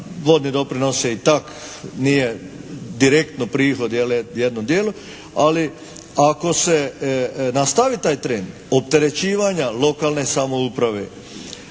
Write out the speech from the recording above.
vodni doprinos je i tak nije direktno prihod jednom dijelu. Ali ako se nastavi taj trend opterećivanja lokalne samouprave,